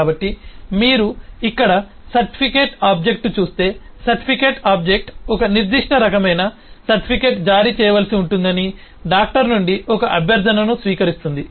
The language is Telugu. కాబట్టి మీరు ఇక్కడ సర్టిఫికేట్ ఆబ్జెక్ట్ చూస్తే సర్టిఫికేట్ ఆబ్జెక్ట్ ఒక నిర్దిష్ట రకమైన సర్టిఫికేట్ జారీ చేయవలసి ఉంటుందని డాక్టర్ నుండి ఒక అభ్యర్థనను స్వీకరిస్తుంది